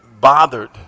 bothered